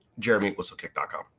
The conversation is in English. jeremywhistlekick.com